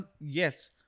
yes